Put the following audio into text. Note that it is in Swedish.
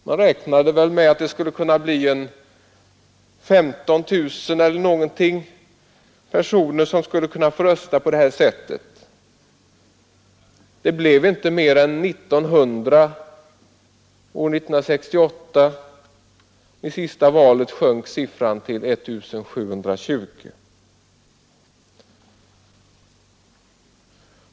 Man räknade med att ungefär 15 000 personer skulle kunna rösta. Det blev inte mer än 1 900 år 1968, och vid sista valet sjönk siffran till 1 720.